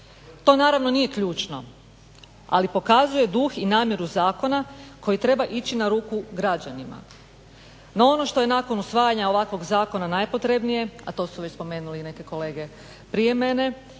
To naravno nije ključno, ali pokazuje duh i namjeru zakona koji treba ići na ruku građanima, no ono što je nakon usvajanja ovakvog zakona najpotrebnije, a to su već spomenuli i neke kolege prije mene,